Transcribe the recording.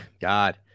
God